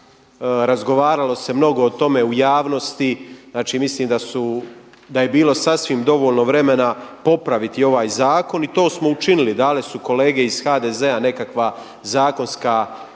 Razgovaralo se mnogo o tome u javnosti, znači mislim da su, da je bilo sasvim dovoljno vremena popraviti ovaj zakon i to smo učinili. Dale su kolege iz HDZ-a nekakva zakonska